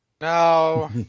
No